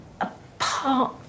apart